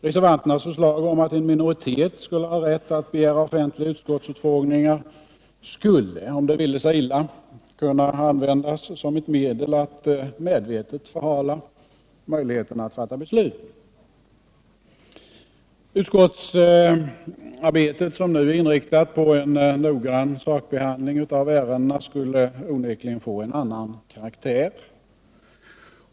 Reservanternas förslag att en minoritet skulle ha rätt att begära offentliga utfrågningar skulle, om det ville sig illa, kunna användas som ett medel att medvetet förhala beslut. Utskottsarbetet, som nu är inriktat på en noggrann sakbehandling av ärendena, skulle onekligen få en annan karaktär.